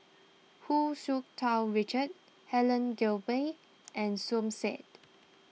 Hu Tsu Tau Richard Helen Gilbey and Som Said